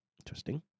Interesting